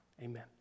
Amen